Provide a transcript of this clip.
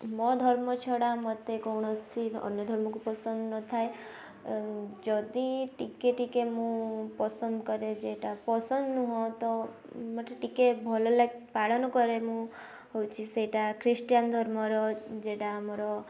ମୋ ଧର୍ମ ଛଡ଼ା ମତେ କୌଣସି ଅନ୍ୟ ଧର୍ମକୁ ପସନ୍ଦ ନଥାଏ ଯଦି ଟିକେ ଟିକେ ମୁଁ ପସନ୍ଦ କରେ ଯେଇଟା ପସନ୍ଦ ନୁହଁ ତ ମତେ ଟିକେ ଭଲ ଲାଗ ପାଳନ କରେ ମୁଁ ହଉଛି ସେଇଟା ଖ୍ରୀଷ୍ଟିଆନ ଧର୍ମର ଯେଇଟା ଆମର